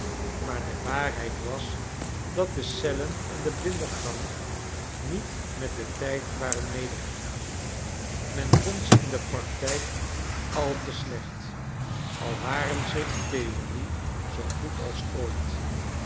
maar de waarheid was dat de cellen en de blinde gang niet met den tijd waren medegegaan men vond ze in de practijk al te slccht al waren ze in theorie zoo goed als ooit